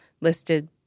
listed